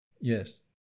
Yes